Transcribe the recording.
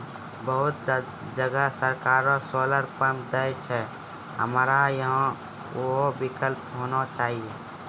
बहुत जगह सरकारे सोलर पम्प देय छैय, हमरा यहाँ उहो विकल्प होना चाहिए?